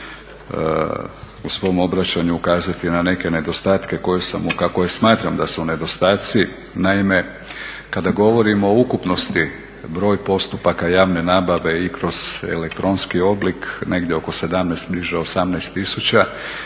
u svom obraćanju kazati na neke nedostatke, kako smatram da su nedostaci. Naime, kada govorimo o ukupnosti broj postupaka javne nabave i kroz elektronski oblik negdje oko 17, bliže 18 tisuća.